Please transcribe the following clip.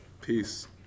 Peace